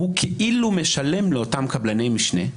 הוא כאילו משלם לאותם קבלני משנה.